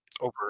Over